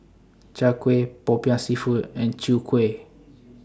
Chai Kuih Popiah Seafood and Chwee Kueh